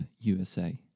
USA